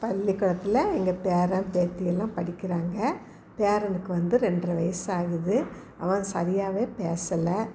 பள்ளிக்கூடத்தில் எங்கள் பேரன் பேத்தி எல்லாம் படிக்கிறாங்க பேரனுக்கு வந்து ரெண்டரை வயசாகுது அவன் சரியாகவே பேசலை